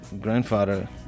grandfather